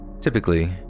Typically